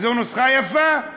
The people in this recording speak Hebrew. אז זו נוסחה יפה,